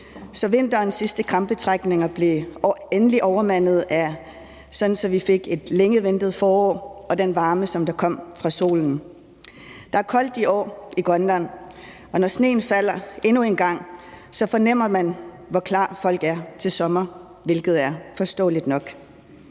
så vinterens sidste krampetrækninger endelig blev overmandet, og vi fik et længe ventet forår og den varme, som der kom fra solen. Der er koldt i Grønland i år, og når sneen falder endnu en gang, fornemmer man, hvor klar folk er til sommer, hvilket er forståeligt nok.